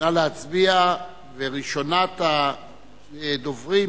ראשונת הדוברים